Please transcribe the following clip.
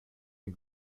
den